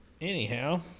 anyhow